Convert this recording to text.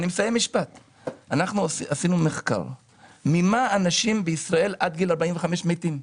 אנחנו עשינו מחקר ממה אנשים בישראל עד גיל 45 מתים.